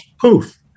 poof